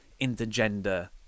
intergender